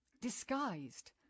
disguised